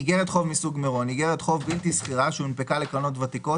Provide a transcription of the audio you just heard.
איגרת חוב בלתי סחירה שהונפקה לקרנות ותיקות